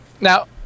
Now